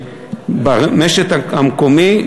במשק המקומי,